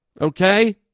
Okay